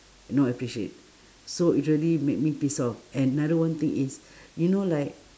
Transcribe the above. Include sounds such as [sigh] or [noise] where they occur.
no appreciate so really make me piss off and another one thing is [breath] you know like